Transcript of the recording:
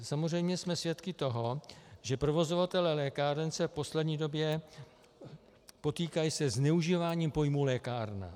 Samozřejmě jsme svědky toho, že provozovatelé lékáren se v poslední době potýkají se zneužíváním pojmu lékárna.